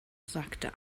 sagte